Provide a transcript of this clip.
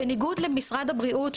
בניגוד למשרד הבריאות,